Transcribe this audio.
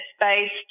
based